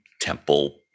temple